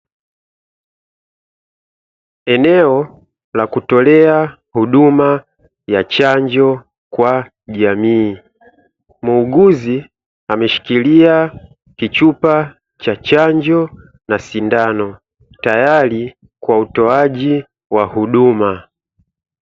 eneo la kutolea huduma ya chanjo kwa jamii, muuguzi ameshikilia kichupa cha chanjo na sindano tayari kwa utoaji wa huduma